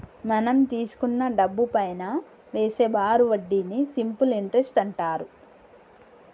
మనం తీసుకున్న డబ్బుపైనా వేసే బారు వడ్డీని సింపుల్ ఇంటరెస్ట్ అంటారు